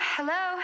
Hello